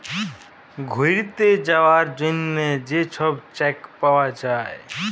ঘ্যুইরতে যাউয়ার জ্যনহে যে ছব চ্যাক পাউয়া যায়